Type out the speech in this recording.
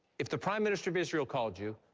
if the prime minister of israel called you,